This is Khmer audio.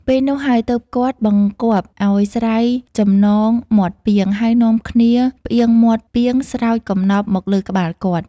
ពេលនោះហើយ ទើបគាត់បង្គាប់ឲ្យស្រាយចំណងមាត់ពាង ហើយនាំគ្នាផ្ទៀងមាត់ពាងស្រោចកំណប់មកលើក្បាលគាត់។